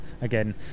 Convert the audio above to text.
again